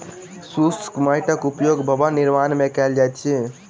शुष्क माइटक उपयोग भवन निर्माण मे कयल जाइत अछि